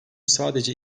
sadece